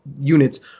units